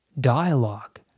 dialogue